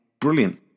Brilliant